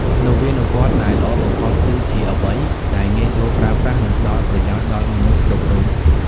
នវានុវត្តន៍ដែលល្អបំផុតគឺជាអ្វីដែលងាយស្រួលប្រើប្រាស់ និងផ្ដល់ប្រយោជន៍ដល់មនុស្សគ្រប់រូប។